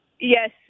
Yes